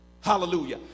Hallelujah